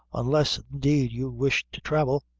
unless, indeed, you wish to thravel.